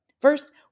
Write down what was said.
First